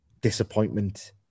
disappointment